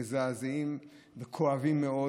מזעזעים וכואבים מאוד,